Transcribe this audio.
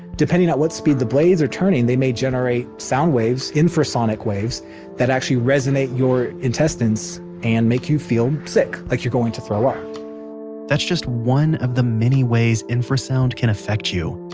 depending on what speed the blades are turning, they may generate sound waves, infrasonic waves that actually resonate your intestines and make you feel sick, like you're going to throw up that's just one of the many ways infrasound can affect you.